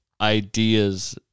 ideas